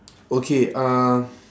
okay uh